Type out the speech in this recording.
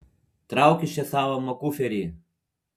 trauk iš čia savo makuferį